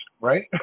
right